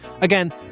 Again